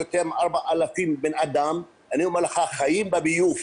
יותר מ-4,000 בני אדם חיים בביוב.